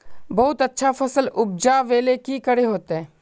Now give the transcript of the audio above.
बहुत अच्छा फसल उपजावेले की करे होते?